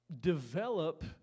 develop